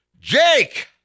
Jake